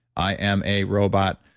i am a robot,